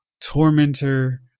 Tormentor